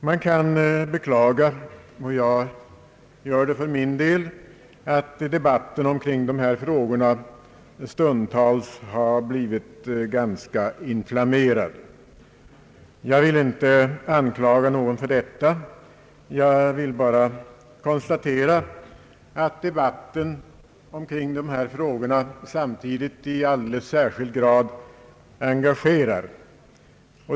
Man kan beklaga — och jag gör det — att debatten omkring dessa frågor stundtals har blivit ganska inflammerad. Jag vill inte anklaga någon för detta; jag vill bara konstatera att debatten samtidigt i alldeles särskild grad engagerar.